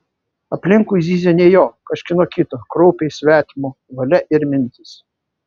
aplinkui zyzė ne jo kažkieno kito kraupiai svetimo valia ir mintys